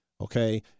Okay